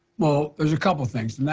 well, there's a couple of things,